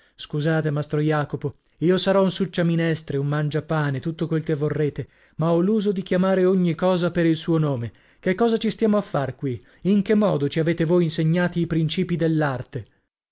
scusate mastro jacopo io sarò un succiaminestre un mangiapane tutto quel che vorrete ma ho l'uso di chiamare ogni cosa per il suo nome che cosa ci stiamo a far qui in che modo ci avete voi insegnati i principii dell'arte